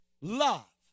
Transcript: love